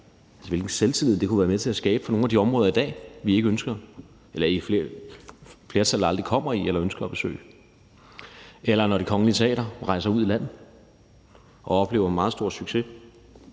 hvilken selvtillid det kunne være med til at skabe for nogle af de områder, vi, i flertal, i dag aldrig kommer i eller ønsker at besøge. Det kunne også være, når Det Kongelige Teater rejser ud i landet og oplever meget stor succes.